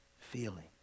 feeling